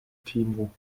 timo